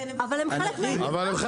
אבל הם חלק מהאינטגרציה.